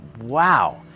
wow